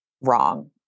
wrong